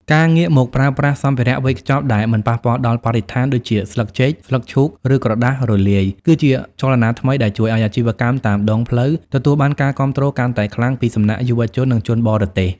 ការងាកមកប្រើប្រាស់សម្ភារៈវេចខ្ចប់ដែលមិនប៉ះពាល់ដល់បរិស្ថាន ដូចជាស្លឹកចេក ស្លឹកឈូក ឬក្រដាសរលាយ គឺជាចលនាថ្មីដែលជួយឱ្យអាជីវកម្មតាមដងផ្លូវទទួលបានការគាំទ្រកាន់តែខ្លាំងពីសំណាក់យុវជន និងជនបរទេស។